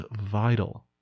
vital